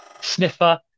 sniffer